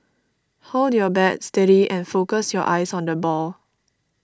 hold your bat steady and focus your eyes on the ball